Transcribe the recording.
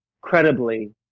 credibly